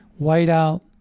whiteout